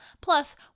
plus